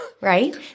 right